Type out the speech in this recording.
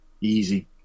easy